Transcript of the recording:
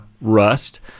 rust